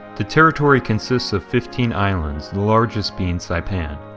the territory consists of fifteen islands, the largest being saipan.